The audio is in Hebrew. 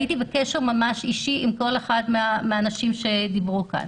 הייתי בקשר ממש אישי עם כל אחד מהאנשים שדיברו כאן.